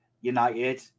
United